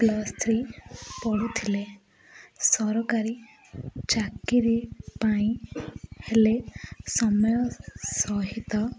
plus three ପଢ଼ୁଥିଲେ ସରକାରୀ ଚାକିରୀ ପାଇଁ ହେଲେ ସମୟ ସହିତ